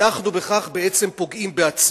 אנחנו בכך פוגעים בעצמנו.